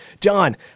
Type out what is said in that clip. John